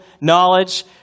knowledge